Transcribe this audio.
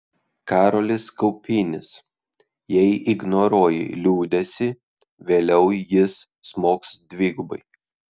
karolis kaupinis jei ignoruoji liūdesį vėliau jis smogs dvigubai